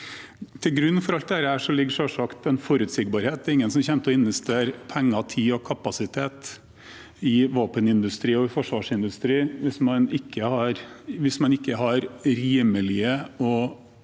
Til grunn for alt dette ligger selvsagt en forutsigbarhet. Det er ingen som kommer til å investere penger, tid og kapasitet i våpenindustri og forsvarsindustri hvis man ikke har rimelige